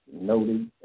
noted